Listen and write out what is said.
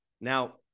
Now